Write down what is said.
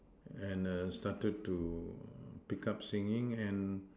and err started to pick up singing and